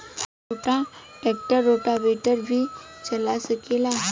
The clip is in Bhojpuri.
छोटा ट्रेक्टर रोटावेटर भी चला सकेला?